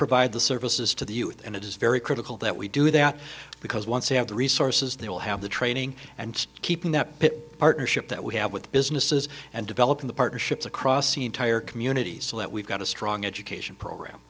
provide the services to the youth and it is very critical that we do that because once they have the resources they will have the training and keeping that partnership that we have with businesses and developing the partnerships across the entire communities so that we've got a strong education program